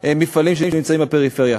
אותם מפעלים שנמצאים בפריפריה.